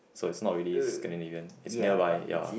so is not really Scandinavian it's nearby ya